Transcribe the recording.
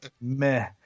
meh